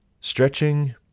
stretching